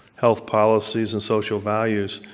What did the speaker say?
health policies, and social values.